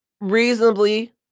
reasonably